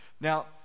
now